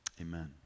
amen